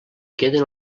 queden